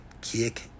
kick